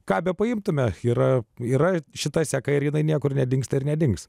ką bepriimtumėme yra yra šita seka ir jinai niekur nedingsta ir nedings